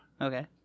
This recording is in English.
Okay